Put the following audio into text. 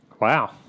Wow